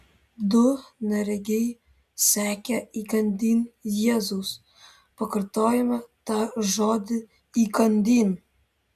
du neregiai sekė įkandin jėzaus pakartojame tą žodį įkandin